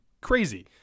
crazy